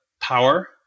power